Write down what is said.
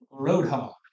Roadhog